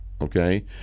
Okay